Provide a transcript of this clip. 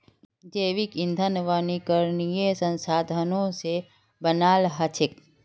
जैव ईंधन नवीकरणीय संसाधनों से बनाल हचेक